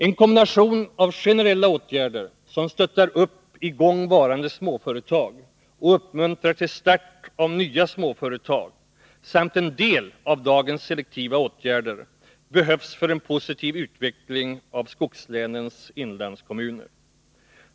En kombination av generella åtgärder som stöttar i gång varande småföretag och uppmuntrar till start av småföretag samt en del av dagens selektiva åtgärder behövs för en positiv utveckling av skogslänens inlandskommuner.